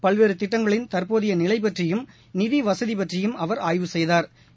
பல்வேறு திட்டங்களின் தற்போதைய நிலை பற்றியும் நிதி வசதி பற்றியும் அவா் ஆய்வு செய்தாா்